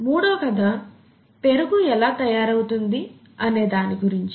మూడవ కథ పెరుగు ఎలా తయారవుతుంది అనే దాని గురించి